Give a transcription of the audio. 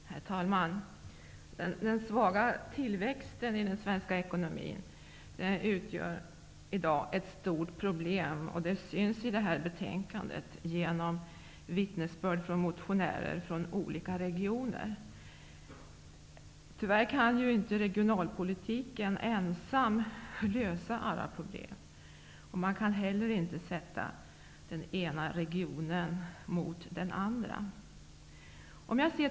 Herr talman! Den svaga tillväxten i den svenska ekonomin utgör i dag ett stort problem, vilket också framgår av detta betänkande genom vittnesbörd från motionärer från olika regioner. Tyvärr kan inte regionalpolitiken ensam lösa alla problem. Man kan heller inte sätta den ena regionen mot den andra.